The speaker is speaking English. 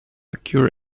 occur